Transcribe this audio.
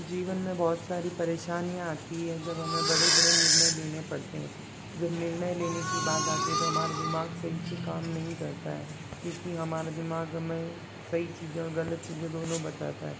जीवन में बहुत सारी परेशानियाँ आती है जब हमें बड़े बड़े निर्णय लेने पड़ते हैं जब निर्णय लेने की बात आती है तो हमारा दिमाग सही से काम नहीं करता है क्योंकि हमारा दिमाग हमें सही चीज़ें गलत चीज़ें दोनों बताता है